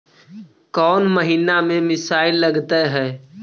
कौन महीना में मिसाइल लगते हैं?